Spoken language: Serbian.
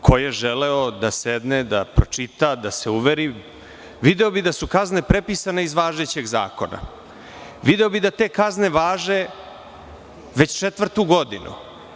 Ko je želeo da sedne, da pročita, da se uveri, video bi da su kazne prepisane iz važećeg zakona, video bi da te kazne važe već četvrtu godinu.